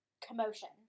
commotion